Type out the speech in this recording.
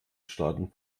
staaten